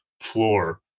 floor